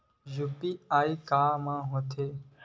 UPI मा का होथे?